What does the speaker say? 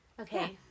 okay